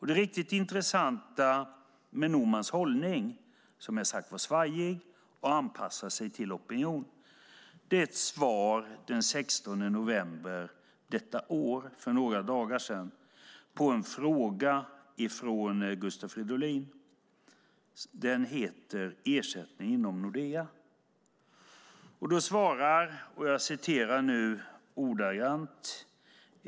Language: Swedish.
Det riktigt intressanta med Normans hållning, som jag sagt var svajig och anpassad till opinion, är ett svar den 16 november detta år, för några dagar sedan, på en fråga från Gustav Fridolin som har rubriken Ersättningar inom Nordea .